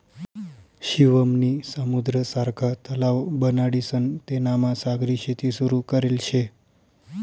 शिवम नी समुद्र सारखा तलाव बनाडीसन तेनामा सागरी शेती सुरू करेल शे